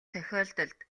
тохиолдолд